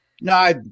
No